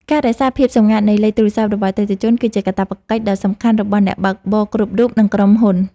ការរក្សាភាពសម្ងាត់នៃលេខទូរស័ព្ទរបស់អតិថិជន គឺជាកាតព្វកិច្ចដ៏សំខាន់របស់អ្នកបើកបរគ្រប់រូប និងក្រុមហ៊ុន។